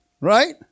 Right